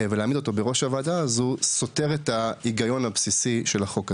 להעמיד אותו בראש הוועדה הזאת סותר את ההיגיון הבסיסי של החוק הזה.